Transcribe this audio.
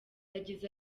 yagize